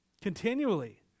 Continually